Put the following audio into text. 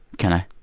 can i?